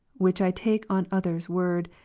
which i take on others' word,